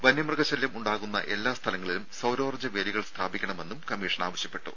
വന്യമൃഗശല്യം ഉണ്ടാകുന്ന എല്ലാ സ്ഥലങ്ങളിലും സൌരോർജ്ജ വേലികൾ സ്ഥാപിക്കണമെന്നും കമ്മീഷൻ ആവശ്യപ്പെട്ടു